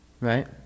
right